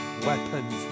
weapons